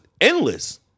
endless